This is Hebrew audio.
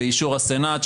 באישור הסנאט,